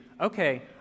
okay